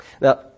Now